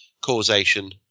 causation